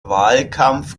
wahlkampf